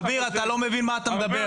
אביר, אתה לא מבין מה אתה מדבר.